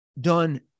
done